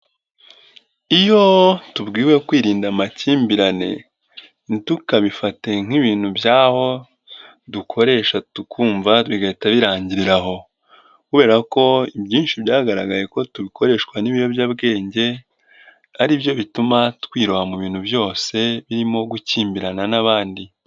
Iyo tubwiwe kwirinda amakimbirane ntitukabifate nk'ibintu by'aho dukoresha tukumva bigahita birangirira aho, kubera ko ibyinshi byagaragaye ko tubikoreshwa n'ibiyobyabwenge, ari byo bituma twiroha mu bintu byose birimo gukimbirana n'abandi.